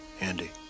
Andy